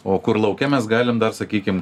o kur lauke mes galim dar sakykim